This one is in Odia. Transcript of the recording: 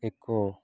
ଏକ